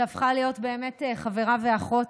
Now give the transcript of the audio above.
שהפכה להיות חברה ואחות,